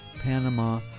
Panama